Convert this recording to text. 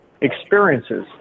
experiences